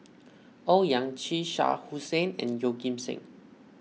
Owyang Chi Shah Hussain and Yeoh Ghim Seng